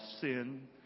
sin